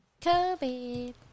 covid